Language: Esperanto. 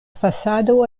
fasado